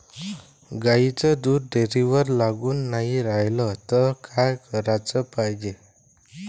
गाईचं दूध डेअरीवर लागून नाई रायलं त का कराच पायजे?